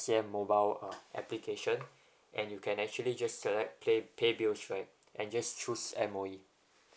S_A_M mobile uh application and you can actually just select play pay bills right and just choose M_O_E